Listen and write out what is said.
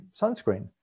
sunscreen